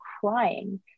crying